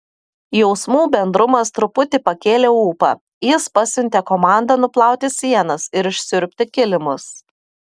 jausmų bendrumas truputį pakėlė ūpą jis pasiuntė komandą nuplauti sienas ir išsiurbti kilimus